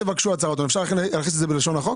אפשר להכניס את זה בלשון החוק?